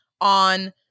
on